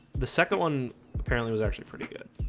the second one apparently was actually pretty good